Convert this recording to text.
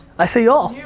i say y'all. yeah